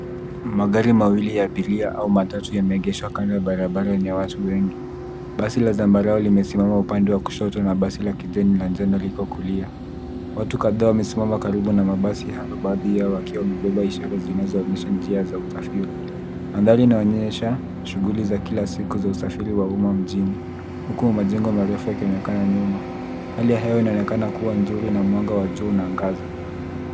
Magari mawili ya abiria, au matatu yameegeshwa kando barabara yenye watu wengi. Basi la zambarau limesimama upande wa kushoto na basi la kijani na njano liko kulia. Watu kadhaa wamesimama karibu na mabasi hayo baadhi yao wakiwa wamebeba ishara zinazoonyesha njia za usafiri. Mandhari inaonyesha shughuli za kila siku za usafiri wa umma mjini, huku majengo marefu yakionekana nyuma. Hali ya hewa inaonekana kuwa nzuri na mwanga wa juu unaangaza.